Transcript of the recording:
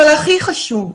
אבל הכי חשוב,